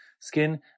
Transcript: skin